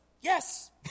yes